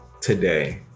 today